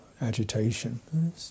agitation